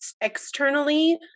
externally